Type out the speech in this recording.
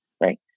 right